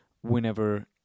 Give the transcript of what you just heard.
whenever